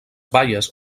baies